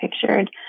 pictured